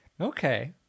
Okay